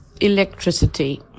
electricity